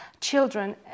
children